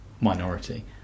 minority